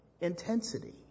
intensity